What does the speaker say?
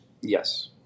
Yes